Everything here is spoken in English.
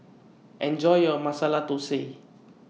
Enjoy your Masala Thosai